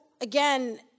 again